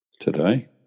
today